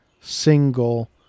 single